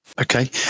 Okay